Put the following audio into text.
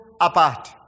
apart